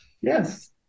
Yes